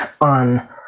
on